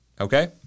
okay